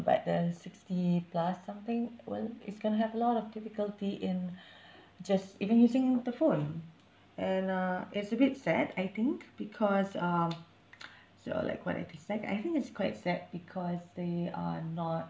but the sixty plus something well it's going to have a lot of difficulty in just even using the phone and uh it's a bit sad I think because um so like what I just said I think it's quite sad because they are not